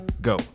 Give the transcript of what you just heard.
go